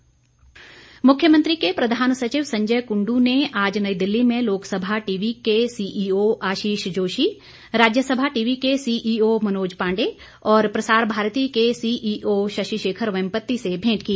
संजय कुंडु मुख्यमंत्री के प्रधान सचिव संजय कुंडु ने आज नई दिल्ली में लोकसभा टीवी के सीईओ आशीष जोशी राज्यसभा टीवी के सीईओ मनोज पांडे ओर प्रसार भारती के सीईओ शशि शेखर वेम्पति से भेंट की